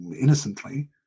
innocently